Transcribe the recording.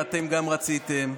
מאיר, גם אתם רציתם,